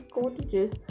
cottages